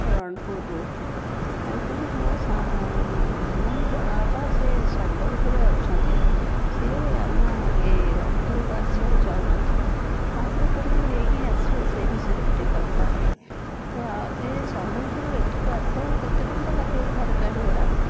ରଣପୁରରୁ ଏକ୍ଚୋଲି ମୋ ଜଣେ ବଡ଼ବାପା ସେ ସମ୍ବଲପୁରେ ଅଛନ୍ତି ସେ ଆମ ଏ ରଣପୁରକୁ ଆସିବାକୁ ଚାହୁଁଛନ୍ତି ତାଙ୍କୁ କେମିତି ନେଇକି ଆସିବେ ସେହି ବିଷୟରେ ମୁଁ ଟିକିଏ କଥା ହେବି ତ ଏ ସମ୍ବଲପୁରରୁ ଏଠିକି ଆସିବାକୁ କେତେ ଟଙ୍କା ଲାଗିବ ଗାଡ଼ି ଭଡ଼ା